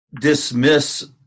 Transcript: dismiss